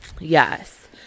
Yes